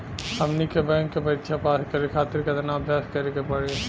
हमनी के बैंक के परीक्षा पास करे खातिर केतना अभ्यास करे के पड़ी?